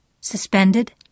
suspended